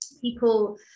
people